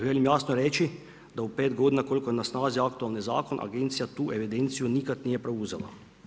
Želim jasno reći da u pet godina koliko je na snazi aktualni zakon agencija tu evidenciju nikad nije preuzela.